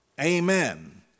Amen